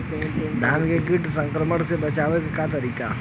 धान के कीट संक्रमण से बचावे क का तरीका ह?